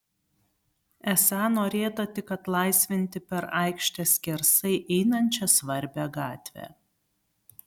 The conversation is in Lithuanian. esą norėta tik atlaisvinti per aikštę skersai einančią svarbią gatvę